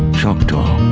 choctaw,